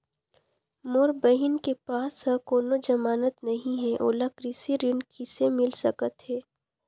मोर बहिन के पास ह कोनो जमानत नहीं हे, ओला कृषि ऋण किसे मिल सकत हे?